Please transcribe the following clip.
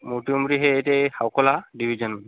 मोठी उमरी हे इथे अकोला डिव्हिजन